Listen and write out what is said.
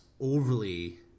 overly